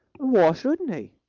why shouldn't he?